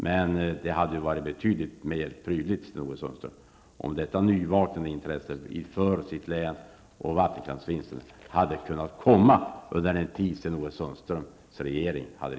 Men det hade varit mer prydligt, Sten-Ove Sundström, om detta nyvaknade intresse för länet och vattenkraftsvinsten hade funnits under den tid